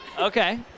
Okay